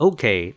Okay